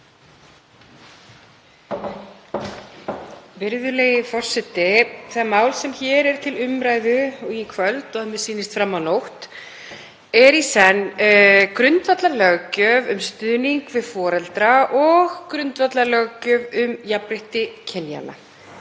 Virðulegi forseti. Það mál sem hér er til umræðu í kvöld, og að mér sýnist fram á nótt, er í senn grundvallarlöggjöf um stuðning við foreldra og grundvallarlöggjöf um jafnrétti kynjanna.